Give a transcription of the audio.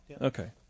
Okay